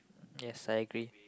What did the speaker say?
yes I agree with you